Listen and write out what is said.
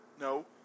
No